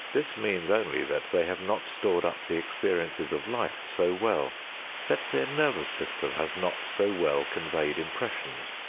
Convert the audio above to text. this means only that they have not stored up the experiences of life so well that their nervous system has not so well conveyed impressions,